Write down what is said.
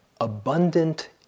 abundant